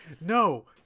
no